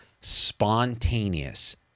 spontaneous